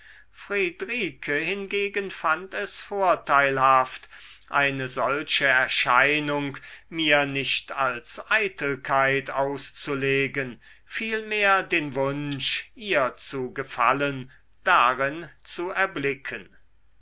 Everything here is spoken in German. friedrike hingegen fand es vorteilhaft eine solche erscheinung mir nicht als eitelkeit auszulegen vielmehr den wunsch ihr zu gefallen darin zu erblicken